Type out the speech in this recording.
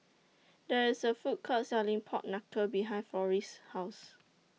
There IS A Food Court Selling Pork Knuckle behind Florie's House